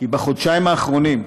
כי בחודשיים האחרונים,